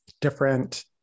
different